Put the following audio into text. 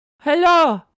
Hello